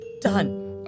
done